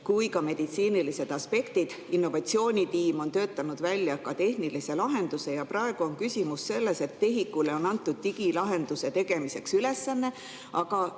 kui ka meditsiinilised aspektid. Innovatsioonitiim on töötanud välja ka tehnilise lahenduse. Praegu on küsimus selles, et TEHIK-ule on antud digilahenduste tegemiseks ülesanne, aga